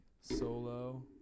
solo